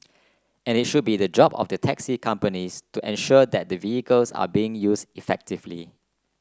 and it should be the job of the taxi companies to ensure that the vehicles are being used effectively